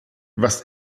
was